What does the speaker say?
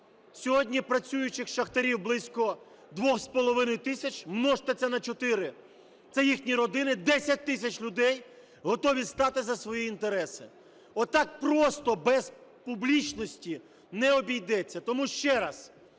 Сьогодні працюючих шахтарів близько 2,5 тисяч, множте це на 4, це їхні родини – 10 тисяч людей готові стати за свої інтереси. Отак просто без публічності не обійдеться. Тому ще раз